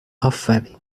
افرین